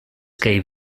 gave